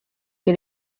che